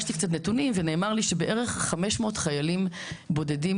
ביקשתי קצת נתונים ונאמר לי שבערך 500 חיילים בודדים